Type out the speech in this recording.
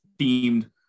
themed